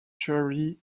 jerry